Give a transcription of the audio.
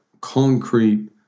concrete